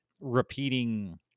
repeating